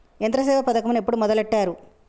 యంత్రసేవ పథకమును ఎప్పుడు మొదలెట్టారు?